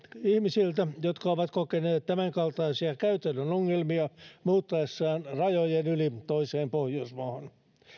ihmisiltä jotka ovat kokeneet tämänkaltaisia käytännön ongelmia muuttaessaan rajojen yli toiseen pohjoismaahan